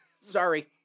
Sorry